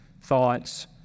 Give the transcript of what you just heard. thoughts